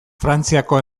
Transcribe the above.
frantziako